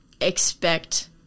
expect